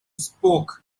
spoke